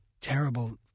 terrible